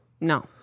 No